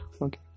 Okay